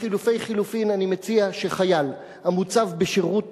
לחלופי חלופין אני מציע שחייל המוצב בשירות